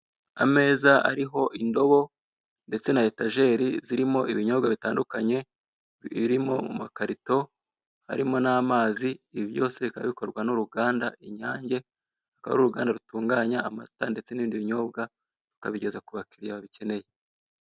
Ameza ariho indobo, ndetse na etajeri zirimo ibinyobwa bitandukanye, birimo mu makarito harimo n'amazi, ibi byose bikaba bikorwa n'uruganda inyange, akaba ari uruganda rutunganya amata ndetse n'ibindi binyobwa, bakabigeza ku bakiriya babikeneye.